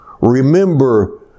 Remember